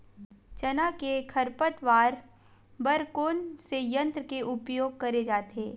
चना के खरपतवार बर कोन से यंत्र के उपयोग करे जाथे?